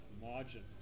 margin